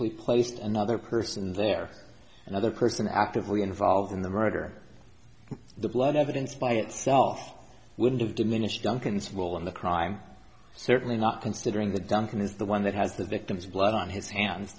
placed another person there another person actively involved in the murder the blood evidence by soft wouldn't have diminished duncan's role in the crime certainly not considering that duncan is the one that has the victim's blood on his hands